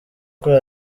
kuri